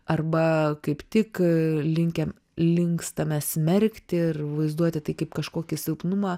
arba kaip tik linkę linkstame smerkti ir vaizduoti tai kaip kažkokį silpnumą